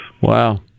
Wow